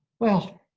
well,